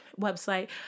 website